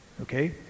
Okay